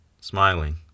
smiling